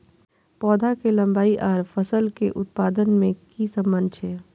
पौधा के लंबाई आर फसल के उत्पादन में कि सम्बन्ध छे?